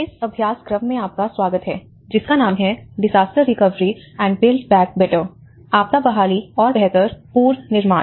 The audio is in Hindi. इस अभ्यास क्रम में आपका स्वागत है जिसका नाम है 'disaster recovery and build back better' आपदा बहाली और बेहतर पुनर्निर्माण